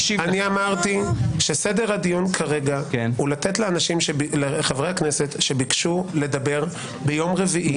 אמרתי שסדר הדיון כרגע הוא לתת לחברי הכנסת שביקשו לדבר ביום רביעי.